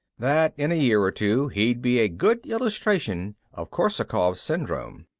that in a year or two he'd be a good illustration of korsakov's syndrome.